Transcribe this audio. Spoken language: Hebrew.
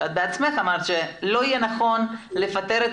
שאת בעצמך אמרת שלא יהיה נכון לפטר את